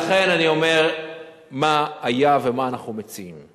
לכן אני אומר מה היה ומה אנחנו מציעים.